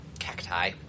cacti